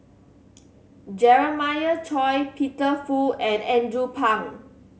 Jeremiah Choy Peter Fu and Andrew Phang